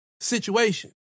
situation